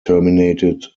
terminated